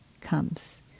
comes